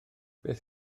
beth